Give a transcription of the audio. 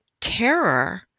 terror